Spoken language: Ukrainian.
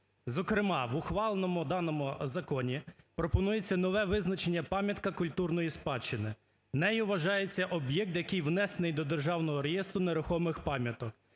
Зокрема в ухваленому даному законі пропонується нове визначення "пам'ятка культурної спадщини". Нею вважається об'єкт, який внесений до Державного реєстру нерухомих пам'яток.